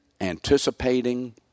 anticipating